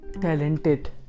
talented